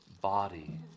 body